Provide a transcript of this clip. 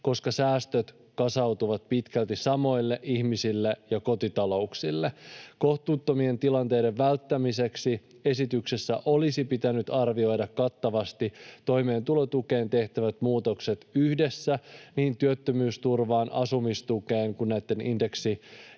koska säästöt kasautuvat pitkälti samoille ihmisille ja kotita-louksille. Kohtuuttomien tilanteiden välttämiseksi esityksessä olisi pitänyt arvioida kattavasti toimeentulotukeen tehtävät muutokset yhdessä niin työttömyysturvaa ja asumistukea koskevien leikkausten